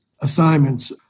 assignments